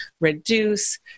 reduce